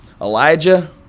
Elijah